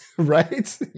right